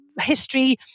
history